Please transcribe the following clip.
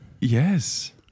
Yes